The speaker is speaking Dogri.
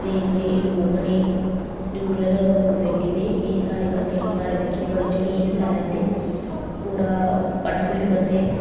ते जेह्ड़े लोक न रूरल कमेटी दे ते एह् न्हाड़े कन्नै बढ़ी चढ़ियै हिस्सा लैंदे पूरा पार्टीस्पेट करदे